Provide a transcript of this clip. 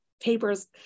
papers